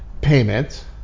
payment